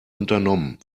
unternommen